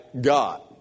God